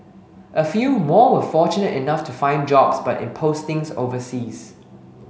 a few more were fortunate enough to find jobs but in postings overseas